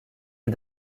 est